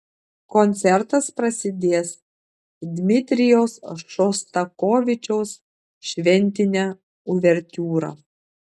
koncertas prasidės dmitrijaus šostakovičiaus šventine uvertiūra